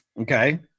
Okay